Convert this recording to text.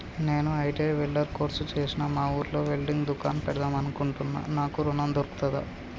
నేను ITI welder course చేశ్న మా ఊర్లో వెల్డింగ్ దుకాన్ పెడదాం అనుకుంటున్నా నాకు ఋణం దొర్కుతదా?